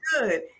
good